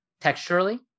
texturally